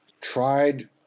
tried